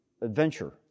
adventure